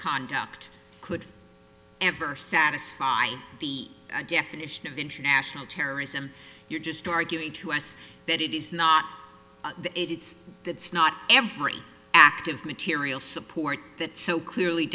conduct could ever satisfy the definition of international terrorism you're just arguing to us that it is not that's not every act of material support that so clearly